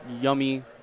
yummy